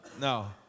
no